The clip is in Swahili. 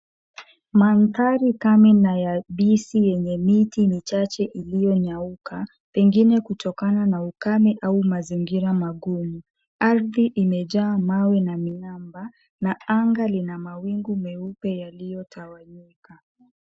Mandhari kame na ya bisi yenye miti michache iliyonyauka pengine kutokana na ukame au mazingira magumu. Ardhi imejaa mawe na miamba na anga lina mawingu meupe yaliyotawanyika.